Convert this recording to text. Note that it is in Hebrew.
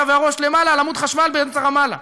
והראש למעלה על עמוד חשמל באמצע רמאללה.